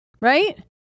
Right